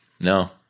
No